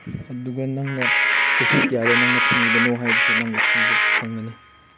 ꯑꯗꯨꯒ ꯅꯪꯅ ꯆꯍꯤ ꯀꯌꯥꯗ ꯅꯪꯅ ꯐꯪꯈꯤꯕꯅꯣ ꯍꯥꯏꯕꯁꯨ ꯅꯪꯅ ꯈꯪꯒꯅꯤ